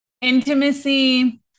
intimacy